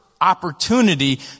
opportunity